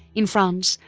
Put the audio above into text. in france,